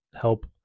help